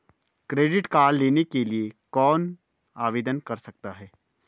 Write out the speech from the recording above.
Credit card लेने के लिए कौन आवेदन कर सकता है?